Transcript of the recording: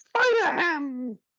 Spider-Ham